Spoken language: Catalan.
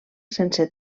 sense